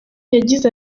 yagize